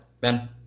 Ben